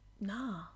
Nah